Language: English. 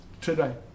today